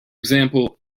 example